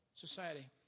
Society